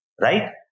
right